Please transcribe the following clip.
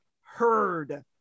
heard